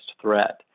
threat